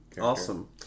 Awesome